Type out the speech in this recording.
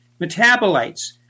metabolites